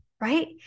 right